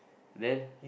then